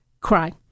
Cry